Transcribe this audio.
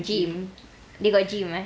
gym they got gym eh